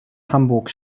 hamburg